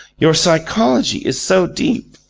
your psychology is so deep.